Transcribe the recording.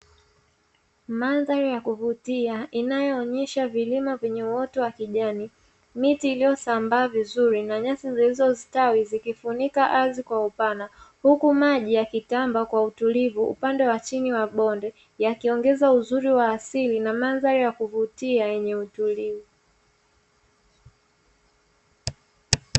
Mandhari ya kuvutia inayoonyesha vilima vyenye uoto wa kijani, miti iliyosambaa vizuri na nyasi zilizostawi; zikifunika ardhi kwa upana, huku maji yakitamba kwa utulivu upande wa chini wa bonde, yakiongeza uzuri wa asili na mandhari ya kuvutia yenye utulivu.